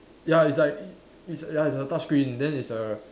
ya it's like it's ya it's a touch screen then it's a